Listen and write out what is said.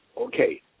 Okay